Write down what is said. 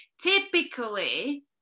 Typically